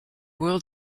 world